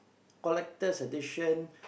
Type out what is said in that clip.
collectors edition